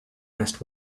asked